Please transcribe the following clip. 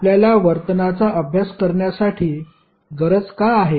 आपल्याला वर्तनचा अभ्यास करण्यासाठी गरज का आहे